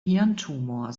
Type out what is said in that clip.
hirntumor